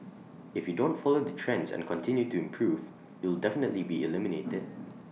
if you don't follow the trends and continue to improve you'll definitely be eliminated